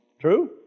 True